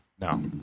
No